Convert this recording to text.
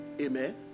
Amen